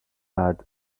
had